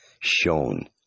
shown